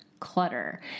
clutter